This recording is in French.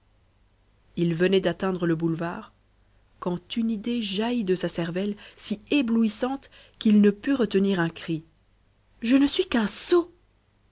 il venait d'atteindre le boulevard quand une idée jaillit de sa cervelle si éblouissante qu'il ne put retenir un cri je ne suis qu'un sot